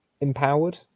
empowered